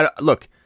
Look